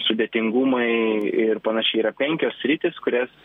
sudėtingumai ir panašiai yra penkios sritys kurias